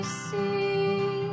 see